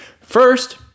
First